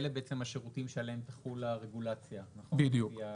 שאלה הם בעצם השירותים שעליהם תחול הרגולציה לפי החוק.